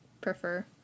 prefer